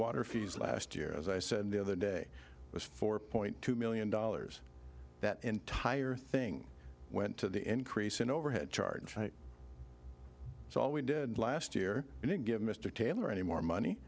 water fees last year as i said the other day was four point two million dollars that entire thing went to the increase in overhead charge so we did last year and give mr taylor any more money